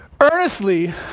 earnestly